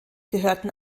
gehörten